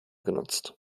genutzt